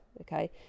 okay